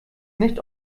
nicht